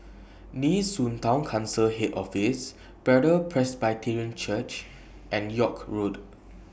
Nee Soon Town Council Head Office Bethel Presbyterian Church and York Road